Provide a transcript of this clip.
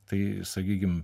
tai sakykim